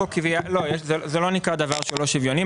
זה לא דבר שהוא לא שוויוני בעיניך?